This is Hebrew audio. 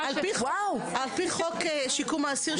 על פי חוק שיקום האסיר,